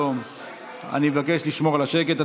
אני מבקש לשמור על השקט.